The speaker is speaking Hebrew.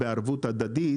"בערבות הדדית",